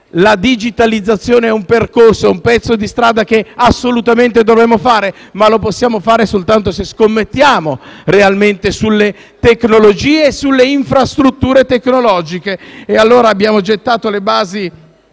La digitalizzazione è un percorso, un pezzo di strada che assolutamente dovremo fare, ma che possiamo fare soltanto se scommettiamo realmente sulle tecnologie e sulle infrastrutture tecnologiche. E allora abbiamo gettato le basi